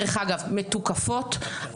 זה נצרב,